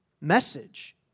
message